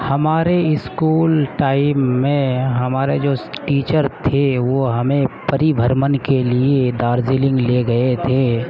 ہمارے school time میں ہمارے جو ٹیچر تھے وہ ہمیں پری بھرمن کے لیے دارجلنگ لے گئے تھے